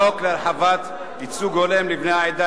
החוק להרחבת ייצוג הולם לבני העדה